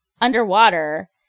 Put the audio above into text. underwater